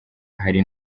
hari